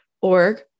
org